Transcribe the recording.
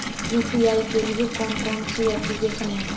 UPI के लिए कौन कौन सी एप्लिकेशन हैं?